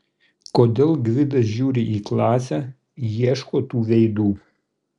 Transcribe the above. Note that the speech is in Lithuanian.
kodėl gvidas žiūri į klasę ieško tų veidų